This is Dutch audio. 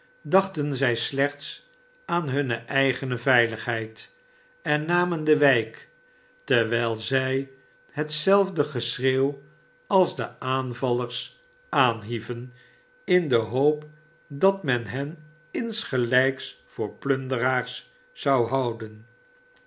dachten zij slechts aan hunne eigene veiligheid en namen de wijk terwijl zij hetzelfde geschreeuw als de aanvallers aanhieven in de hoop dat men hen insgelijks vopr plunderaars zou houden